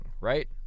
right